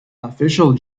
official